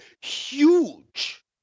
huge